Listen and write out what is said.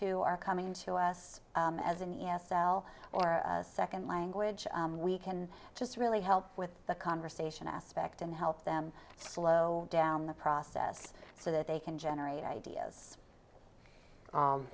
who are coming in to us as an e s l or a second language we can just really help with the conversation aspect and help them slow down the process so that they can generate ideas